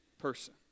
person